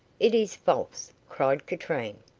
it is false, cried katrine.